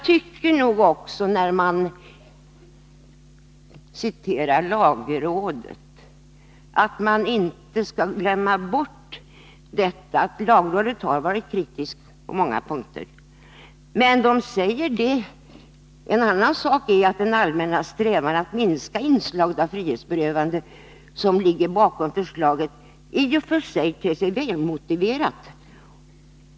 När man citerar lagrådet tycker jag att man inte skall glömma bort att lagrådet har varit kritiskt på många punkter. Men lagrådet säger att den allmänna strävan att minska inslaget av frihetsberövanden som ligger bakom förslaget i och för sig ter sig välmotiverad.